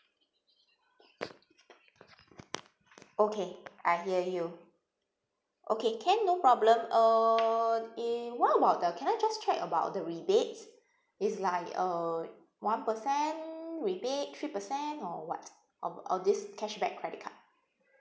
okay I hear you okay can no problem uh and what about the can I just check about the rebates is like uh one percent rebate three percent or [what] of of this cashback credit card